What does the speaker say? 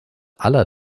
aller